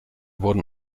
wurden